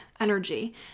energy